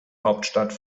hauptstadt